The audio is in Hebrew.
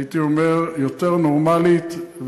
הייתי אומר נורמלית יותר,